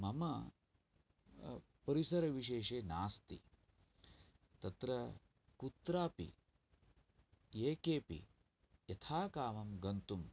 मम परिसरविशेषे नास्ति तत्र कुत्रापि ये केऽपि यथाकामं गन्तुं